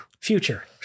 future